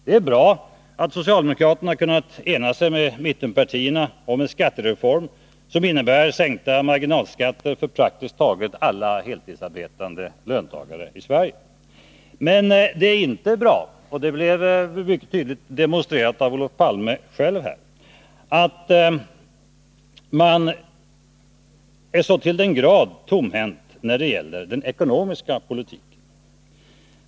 Det är bra att socialdemokraterna kunnat ena sig med mittenpartierna om en skattereform som innebär sänkta marginalskatter för praktiskt taget alla heltidsarbetande löntagare i Sverige. Men det är inte bra att man är så till den grad tomhänt när det gäller den ekonomiska politiken som Olof Palme själv mycket tydligt demonstrerade.